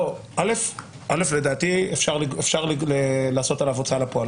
א', לדעתי אפשר להוציא עליו הוצאה לפועל.